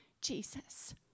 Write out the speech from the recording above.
Jesus